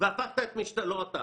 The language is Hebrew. חבר הכנסת בצלאל סמוטריץ,